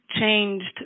changed